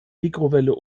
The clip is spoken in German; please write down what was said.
mikrowelle